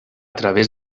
través